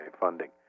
funding